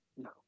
No